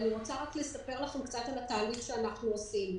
אני רוצה לספר לכם קצת על התהליך שאנחנו עושים.